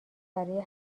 برای